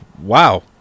wow